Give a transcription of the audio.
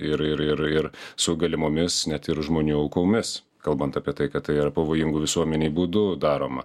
ir ir ir ir su galimomis net ir žmonių aukomis kalbant apie tai kad tai yra pavojingu visuomenei būdu daroma